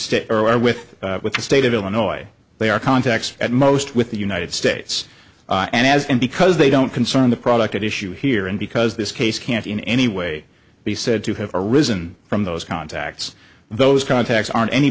states or are with with the state of illinois they are contacts at most with the united states and as and because they don't concern the product at issue here and because this case can't in any way be said to have arisen from those contacts those contacts aren't any